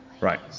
Right